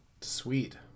Sweet